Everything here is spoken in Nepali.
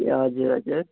ए हजुर हजुर